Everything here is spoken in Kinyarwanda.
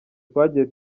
twagiye